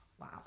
wow